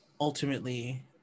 ultimately